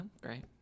great